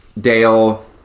Dale